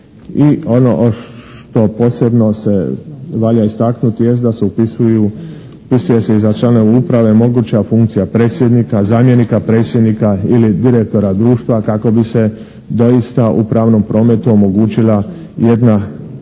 ono što posebno se valja istaknuti jest da se upisuju, upisuje se i za člana uprave moguća funkcija predsjednika, zamjenika predsjednika ili direktora društva kako bi se doista u pravnom prometu omogućila jedna